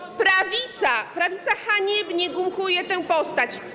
I prawica, prawica haniebnie gumkuje tę postać.